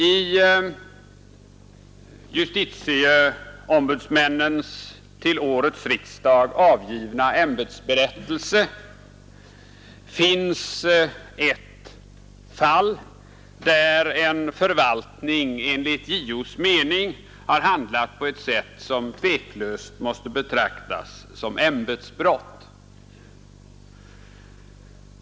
I justitieombudmannens till årets riksdag avgivna ämbetsberättelse finns ett fall där en förvaltning enligt JO:s mening har handlat på ett sätt som tveklöst måste betraktas som ämbetsbrott.